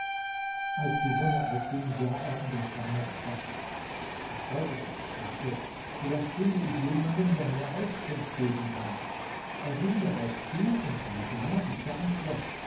als die sonne aufging sah er in der ferne etwas schwarzes er freute sich und dachte vielleicht finde ich jemanden der mir auskunft geben kann er ging darauf zu und siehe da es war ein schloß